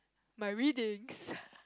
my readings